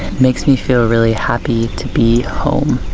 makes me feel really happy to be home.